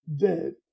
dead